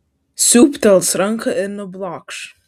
siūbtels ranka ir nublokš